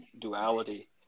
Duality